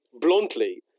bluntly